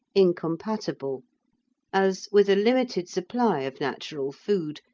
incompatible as, with a limited supply of natural food,